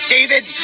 David